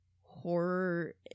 horror